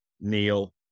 Neil